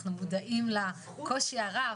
אנחנו מודעים לקושי הרב,